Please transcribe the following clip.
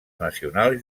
nacional